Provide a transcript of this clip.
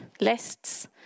Lists